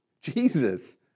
Jesus